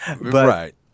Right